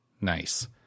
Nice